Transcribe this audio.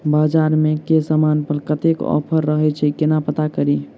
बजार मे केँ समान पर कत्ते ऑफर रहय छै केना पत्ता कड़ी?